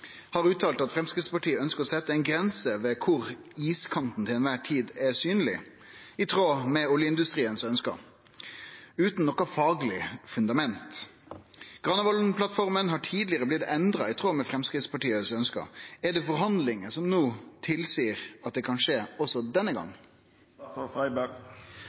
enhver tid er synlig, i tråd med oljeindustriens ønsker, uten noe faglig fundament. Granavolden-plattformen har tidligere blitt endret i tråd med Fremskrittspartiets ønsker, er det forhandlinger nå som tilsier at det kan skje også denne